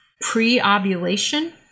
pre-ovulation